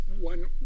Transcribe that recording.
one